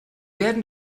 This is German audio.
werden